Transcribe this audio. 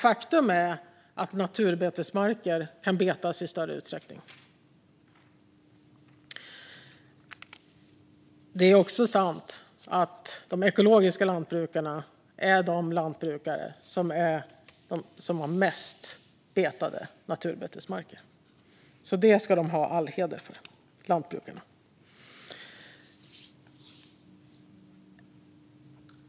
Faktum är att naturbetesmarker kan betas i större utsträckning. Det är också sant att de ekologiska lantbrukarna är de lantbrukare som har mest betade naturbetesmarker. Det ska de lantbrukarna ha all heder för.